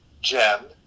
Jen